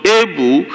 able